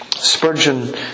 Spurgeon